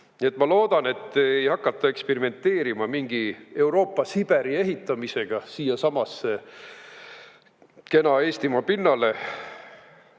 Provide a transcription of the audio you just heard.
ma loodan, et ei hakata eksperimenteerima mingi Euroopa Siberi ehitamisega siiasamasse kena Eestimaa pinnale.